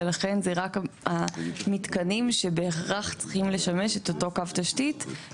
ולכן זה רק המתקנים שבהכרח צריכים לשמש את אותו קו תשתית,